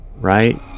right